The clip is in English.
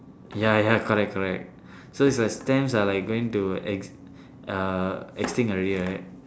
ya ya correct correct so it's like stamps are like going to ex~ uh extinct already right